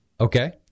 Okay